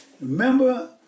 Remember